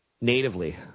natively